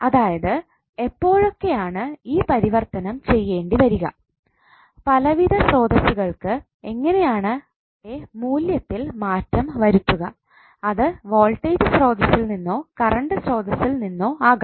അതായത് എപ്പോഴൊക്കെയാണ് ഈ പരിവർത്തനം ചെയ്യേണ്ടിവരിക പലവിധ സ്രോതസ്സുകൾക്ക് എങ്ങനെയാണ് അവയുടെ മൂല്യത്തിൽ മാറ്റം വരുതുക അത് വോൾട്ടേജ് സ്രോതസ്സിൽ നിന്നോ കറണ്ട് സ്രോതസ്സിൽ നിന്നോ ആകാം